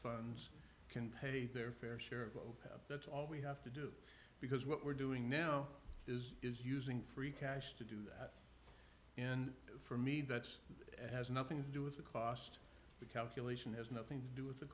funds can pay their fair share of oh that's all we have to do because what we're doing now is is using free cash to do and for me that's has nothing to do with the cost the calculation has nothing to do with the